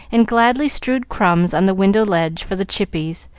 and gladly strewed crumbs on the window ledge for the chippies,